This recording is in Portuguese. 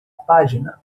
página